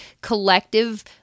collective